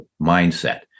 mindset